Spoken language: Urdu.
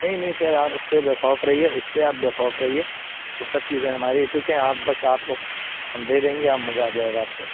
نہیں نہیں سر آپ اس سے بے خوف رہیے اس سے آپ بے خوف رہیے وہ سب چیزیں ہماری ہیں ٹھیک ہے آپ بس آپ کو ہم دے دیں گے آپ مزہ آ جائے گا آپ کو